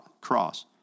cross